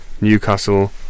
Newcastle